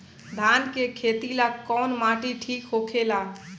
धान के खेती ला कौन माटी ठीक होखेला?